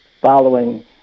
following